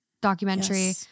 documentary